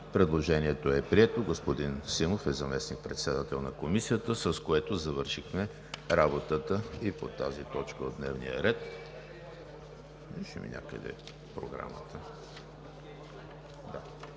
Предложението е прието. Господин Симов е заместник-председател на Комисията, с което завършихме работата и по тази точка от дневния ред.